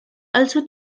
also